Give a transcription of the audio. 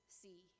see